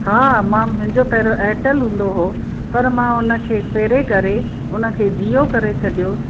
हा मां मुंहिंजो पहिरों एयरटेल हूंदो हो पर मां उन खे फ़ेरे करे उन खे जियो करे छॾियो